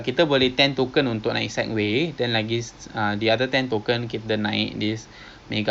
lapan ada eh eh lapan ada lah ada jer [tau] kalau kat north kan